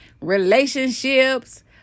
relationships